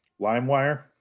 Limewire